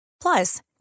Plus